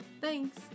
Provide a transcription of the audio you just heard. Thanks